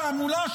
תעמולה,